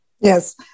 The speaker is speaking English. Yes